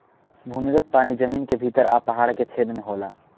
भूमिगत पानी जमीन के भीतर आ पहाड़ के छेद में होला